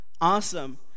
awesome